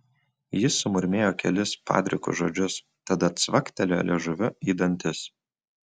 jis sumurmėjo kelis padrikus žodžius tada cvaktelėjo liežuviu į dantis